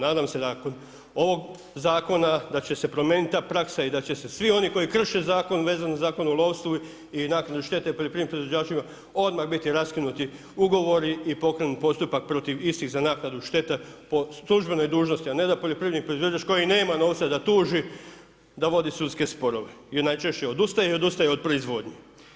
Nadam se da kod ovog zakona da će se promijeniti ta praksa i da će se svi oni koji krše zakon vezan za Zakon o lovstvu i naknadi štete poljoprivrednim proizvođačima, odmah biti raskinuti ugovori i pokrenuti postupak protiv istih za naknadu štete po službenoj dužnosti a ne poljoprivredni proizvođač koji nema novca da tuži, da vodi sudske sporove i najčešće odustaje i odustaje od proizvodnje.